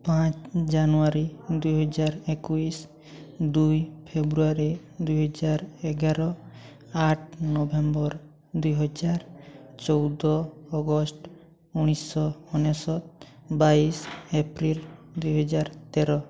ପାଞ୍ଚ ଜାନୁଆରୀ ଦୁଇ ହଜାର ଏକୋଇଶି ଦୁଇ ଫେବୃଆରୀ ଦୁଇ ହଜାର ଏଗାର ଆଠ ନଭେମ୍ବର ଦୁଇ ହଜାର ଚଉଦ ଅଗଷ୍ଟ ଉଣେଇଶି ଶହ ଅନେଶତ ବାଇଶ ଏପ୍ରିଲ ଦୁଇ ହଜାର ତେର